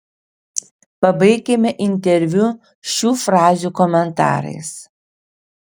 pabaikime interviu šių frazių komentarais